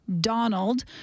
Donald